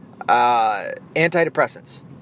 antidepressants